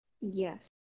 Yes